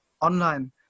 online